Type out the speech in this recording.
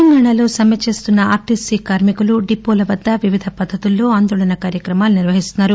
తెలంగాణలో సమ్మె చేస్తున్న ఆర్టీసీ కార్మికులు డిపోల వద్ద వివిధ పద్దతుల్లో ఆందోళన కార్యక్రమాలు నిర్వహిస్తున్నారు